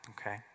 okay